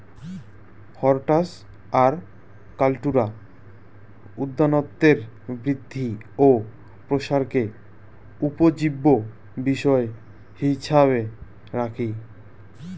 হরটাস আর কাল্টুরা উদ্যানতত্বের বৃদ্ধি ও প্রসারকে উপজীব্য বিষয় হিছাবে রাখি